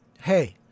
Hey